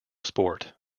sport